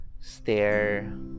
stare